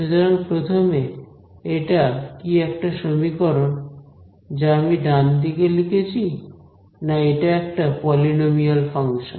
সুতরাং প্রথমে এটা কি একটা সমীকরণ যা আমি ডানদিকে লিখেছি না এটা একটা পলিনোমিয়াল ফাংশন